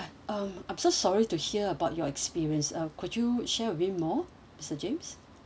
um I'm so sorry to hear about your experience uh could you share a bit more mister james